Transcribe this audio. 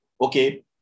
okay